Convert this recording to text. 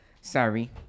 sorry